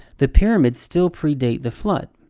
the pyramids still pre-date the flood.